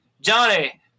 Johnny